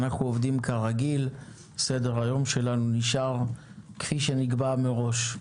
אנחנו עובדים כרגיל וסדר היום שלנו נשאר כפי שנקבע מראש.